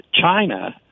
China